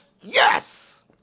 Yes